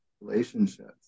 relationships